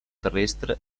terrestre